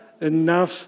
enough